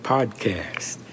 Podcast